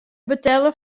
betelle